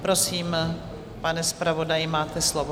Prosím, pane zpravodaji, máte slovo.